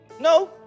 No